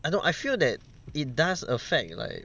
I don't I feel that it does affect like